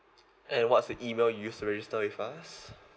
and what's the email you used to register with us